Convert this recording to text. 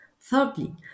Thirdly